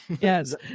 yes